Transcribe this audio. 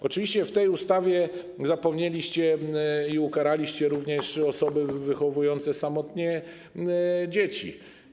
Oczywiście w tej ustawie zapomnieliście i ukaraliście również osoby wychowujące samotnie dzieci.